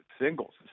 singles